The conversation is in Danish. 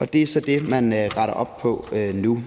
og det er så det, man retter op på nu.